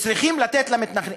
צריכים לתת למתנחלים.